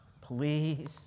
please